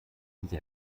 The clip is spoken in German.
diese